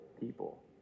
people